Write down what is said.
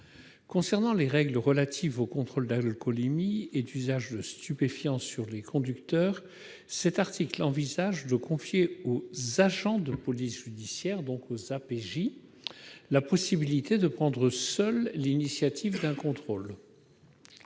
Concernant les règles relatives aux contrôles d'alcoolémie et d'usage de stupéfiants opérés sur les conducteurs, il envisage de confier aux agents de police judiciaire, les APJ, la possibilité de prendre seuls l'initiative d'un contrôle.